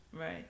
Right